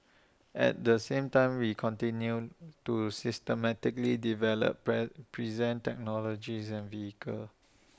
at the same time we continue to systematically develop present technologies and vehicles